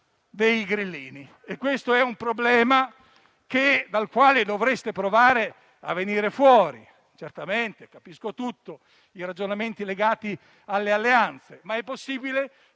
dei grillini. Questo è un problema dal quale dovreste provare a venire fuori. Certamente, capisco tutto, i ragionamenti legati alle alleanze, ma è possibile